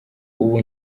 ubu